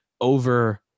over